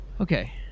Okay